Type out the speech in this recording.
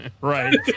Right